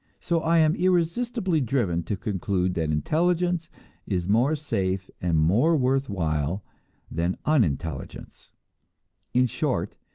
so i am irresistibly driven to conclude that intelligence is more safe and more worth while than unintelligence in short,